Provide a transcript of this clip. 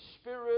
Spirit